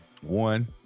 one